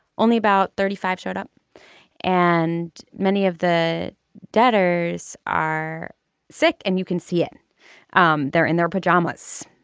only about thirty five showed up and many of the debtors are sick and you can see it um there in their pajamas.